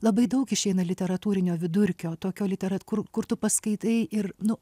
labai daug išeina literatūrinio vidurkio tokio literat kur kur tu paskaitai ir nu